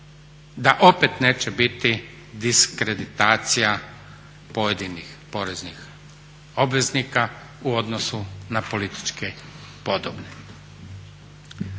da opet neće biti diskreditacija pojedinih poreznih obveznika u odnosu na političke podobne.